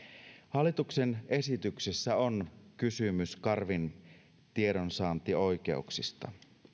hallituksen esityksessä on kysymys karvin tiedonsaantioikeuksista